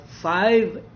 five